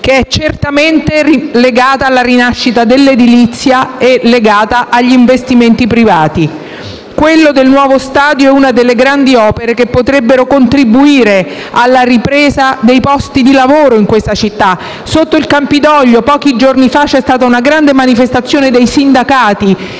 che è certamente legata alla rinascita dell'edilizia e agli investimenti privati. Il nuovo stadio è una delle grandi opere che potrebbero contribuire alla ripresa dell'occupazione in questa città. Sotto il Campidoglio pochi giorni fa c'è stata una grande manifestazione dei sindacati